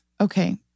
Okay